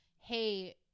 hey